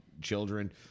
children